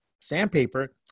sandpaper